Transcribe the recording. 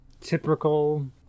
typical